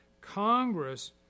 Congress